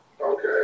Okay